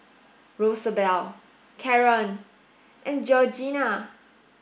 Rosabelle Caron and Georgianna